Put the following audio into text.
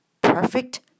perfect